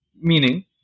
meaning